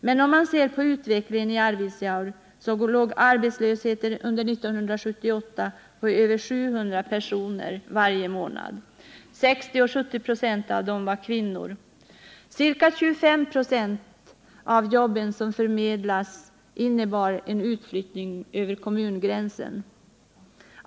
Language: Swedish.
Men om man ser på utvecklingen i Arvidsjaur finner man att arbetslösheten under 1978 varje månad låg på över 700 personer. 60-70 96 av dem var kvinnor. Ca 25 96 av de jobb som förmedlades innebar en utflyttning över kommungränsen.